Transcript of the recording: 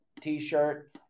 t-shirt